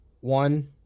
one